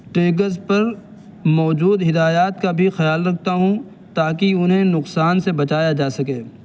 tags پر موجود ہدایات کا بھی خیال رکھتا ہوں تاکہ انہیں نقصان سے بچایا جا سکے